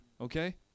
okay